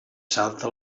salta